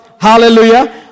hallelujah